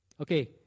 Okay